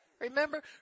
remember